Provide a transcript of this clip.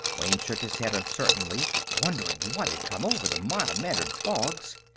wayne shook his head uncertainly, wondering what had come over the mild-mannered boggs.